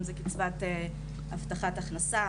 אם זה קצבת הבטחת הכנסה,